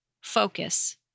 focus